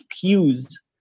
cues